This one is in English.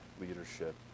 leadership